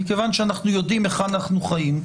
כי אנו יודעים היכן אנו חיים.